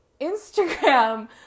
Instagram